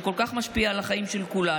שכל כך משפיע על החיים של כולנו,